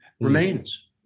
remains